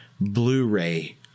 Blu-ray